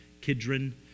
Kidron